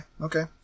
okay